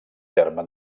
terme